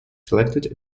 selected